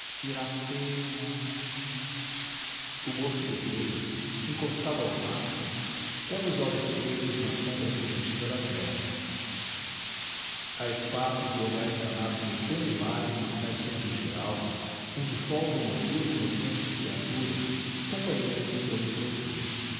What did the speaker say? iracema o moço guerreiro encostado ao mastro leva os olhos presos na sombra fugitiva da terra a espaços o olhar empanado por tênue lágrima cai sobre o jirau onde folgam as duas inocentes criaturas companheiras de seu infortúnio